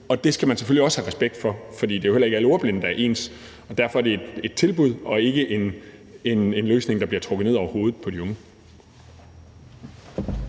i. Det skal man selvfølgelig også have respekt for, for det er jo heller ikke alle ordblinde, der er ens. Derfor er det et tilbud og ikke en løsning, der bliver trukket ned over hovedet på de unge.